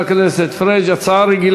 הצעה לסדר-היום